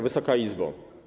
Wysoka Izbo!